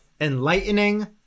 enlightening